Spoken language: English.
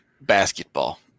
basketball